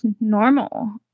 normal